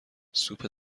سوپ